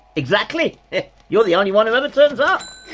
exactly! you're the only one who ever turns up!